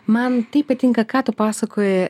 man taip patinka ką tu pasakoji